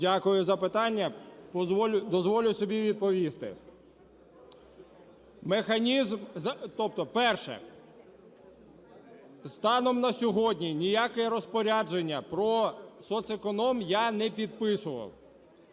Дякую за запитання. Дозволю собі відповісти. Механізм… Перше. Станом на сьогодні ніяке розпорядження про соцеконом я не підписував.